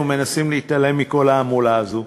ומנסים להתעלם מכל ההמולה הזו.